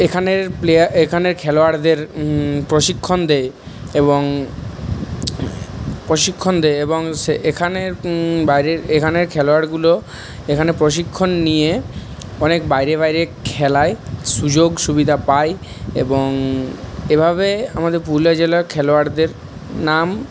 এখানের প্লেয়ার এখানের খেলোয়াড়দের প্রশিক্ষণ দেয় এবং প্রশিক্ষণ দেয় এবং সে এখানের বাইরের এখানের খেলোয়াড়গুলো এখানে প্রশিক্ষণ নিয়ে অনেক বাইরে বাইরে খেলায় সুযোগ সুবিধা পায় এবং এভাবে আমাদের পুরুলিয়া জেলার খেলোয়াড়দের নাম